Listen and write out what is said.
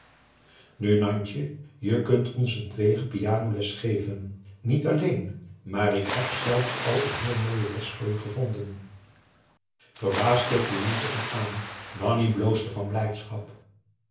nantje je kunt onzentwege pianoles geven niet alleen maar ik heb zelfs al een mooie les voor je gevonden verbaasd keek louise hem aan nanni bloosde van blijdschap